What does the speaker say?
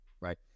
Right